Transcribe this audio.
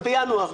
אז בינואר,